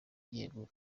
yegura